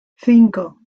cinco